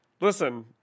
Listen